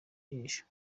ijisho